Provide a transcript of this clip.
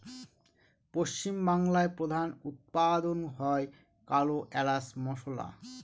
পশ্চিম বাংলায় প্রধান উৎপাদন হয় কালো এলাচ মসলা